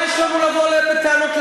מה יש לנו לבוא אליהם בטענות,